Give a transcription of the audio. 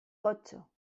ocho